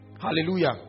Hallelujah